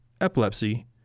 Epilepsy